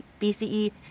BCE